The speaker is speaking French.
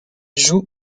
joue